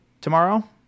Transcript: tomorrow